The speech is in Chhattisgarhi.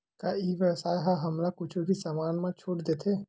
का ई व्यवसाय ह हमला कुछु भी समान मा छुट देथे?